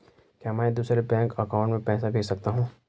क्या मैं दूसरे बैंक अकाउंट में पैसे भेज सकता हूँ?